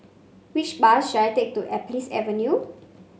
which bus should I take to Alps Avenue